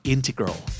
Integral